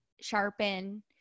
sharpen